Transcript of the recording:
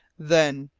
then,